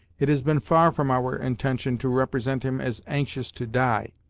it has been far from our intention to represent him as anxious to die.